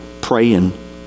praying